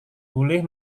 boleh